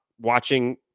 watching